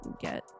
get